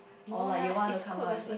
or like you want to come up with a